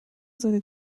seine